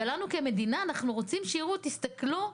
אנחנו כמדינה רוצים שיראו: תסתכלו,